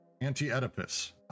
Anti-Oedipus